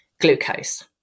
glucose